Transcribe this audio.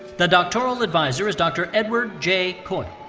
the doctoral advisor is dr. edward j. coyle.